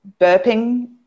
Burping